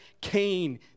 Cain